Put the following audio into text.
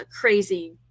crazy